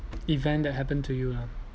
event that happened to you lah